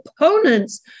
opponents